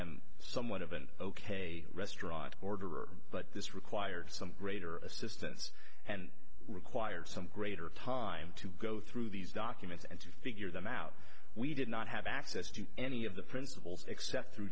somewhat of an ok restaurant order but this required some greater assistance and require some greater time to go through these documents and to figure them out we did not have access to any of the principals except through